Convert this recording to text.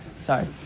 Sorry